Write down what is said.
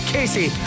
Casey